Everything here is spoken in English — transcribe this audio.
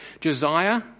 Josiah